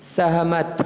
सहमत